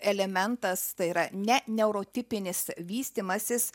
elementas tai yra ne neurotipinis vystymasis